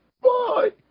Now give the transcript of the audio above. bye